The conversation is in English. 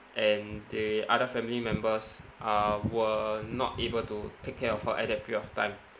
and the other family members uh were not able to take care of her at that period of time